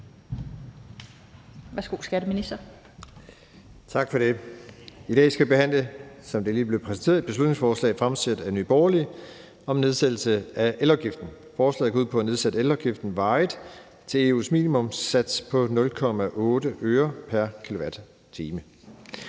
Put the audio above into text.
lige blev præsenteret, et beslutningsforslag fremsat af Nye Borgerlige om nedsættelse af elafgiften. Forslaget går ud på at nedsætte elafgiften varigt til EU's minimumssats på 0,8 øre pr. kWh.